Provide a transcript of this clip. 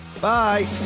bye